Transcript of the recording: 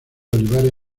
olivares